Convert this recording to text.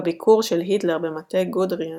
בביקור של היטלר במטה גודריאן,